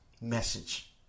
message